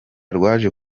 rwaje